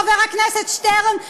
חבר הכנסת שטרן,